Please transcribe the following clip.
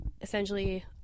Essentially